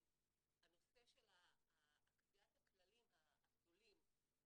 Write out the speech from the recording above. ולכן באמת יש פה צורך של הילדים עצמם לאו